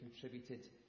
contributed